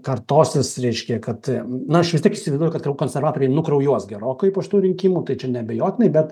kartosis reiškia kad na aš vis tiek įsivaizduoju kad konservatoriai nukraujuos gerokai po šitų rinkimų tai čia neabejotinai bet